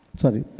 sorry